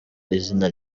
izina